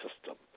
system